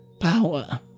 power